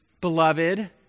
beloved